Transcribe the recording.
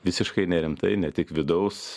visiškai nerimtai ne tik vidaus